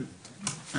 יש,